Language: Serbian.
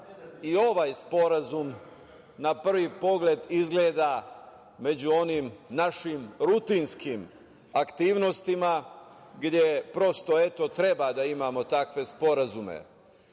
i ovaj Sporazume na prvi pogled izgleda među onim našim rutinskim aktivnostima gde, prosto, eto, treba da imamo takve sporazume.